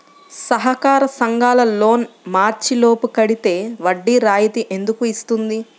సహకార సంఘాల లోన్ మార్చి లోపు కట్టితే వడ్డీ రాయితీ ఎందుకు ఇస్తుంది?